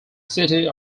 city